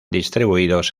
distribuidos